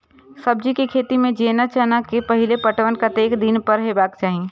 सब्जी के खेती में जेना चना के पहिले पटवन कतेक दिन पर हेबाक चाही?